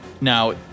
now